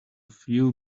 few